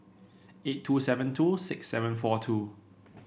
eight two seven two six seven four two